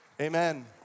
Amen